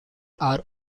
are